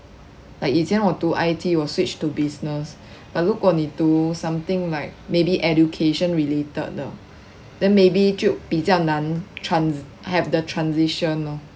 like 以前我读 I_T 我 switch to business but 如果你读 something like maybe education related 的 then maybe 就比较难 trans~ have the transition lor